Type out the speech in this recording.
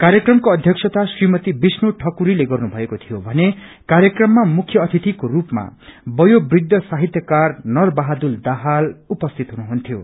कार्यक्रमको अध्यिक्षता श्रीमती विष्णु ठकुरीले गर्नुभएको थियो भने कार्यक्रममा कार्यक्रममा मुख्य अतिथिको रूपामा वयोवृद्ध साहित्यकार नर बहादुर दाहाल उपसिति हुनुहुन्थ्यो